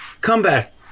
comeback